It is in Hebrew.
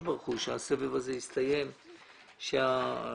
ברוך הוא שהסבב הזה יסתיים וכי היריות,